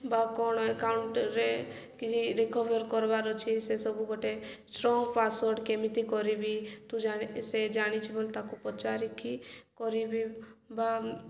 ବା କ'ଣ ଏକାଉଣ୍ଟରେ କିଛି ରିକଭର୍ କରବାର ଅଛି ସେ ସବୁ ଗୋଟେ ଷ୍ଟ୍ରଙ୍ଗ ପାସୱାର୍ଡ଼ କେମିତି କରିବି ସେ ଜାଣିଛି ବୋଲି ତାକୁ ପଚାରିକି କରିବି ବା